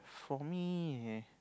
for me